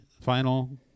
final